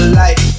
light